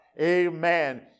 Amen